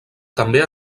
també